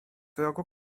rogu